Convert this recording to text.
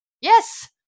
Yes